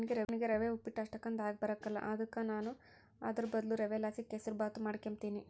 ನನಿಗೆ ರವೆ ಉಪ್ಪಿಟ್ಟು ಅಷ್ಟಕೊಂದ್ ಆಗಿಬರಕಲ್ಲ ಅದುಕ ನಾನು ಅದುರ್ ಬದ್ಲು ರವೆಲಾಸಿ ಕೆಸುರ್ಮಾತ್ ಮಾಡಿಕೆಂಬ್ತೀನಿ